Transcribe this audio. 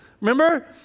Remember